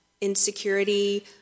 insecurity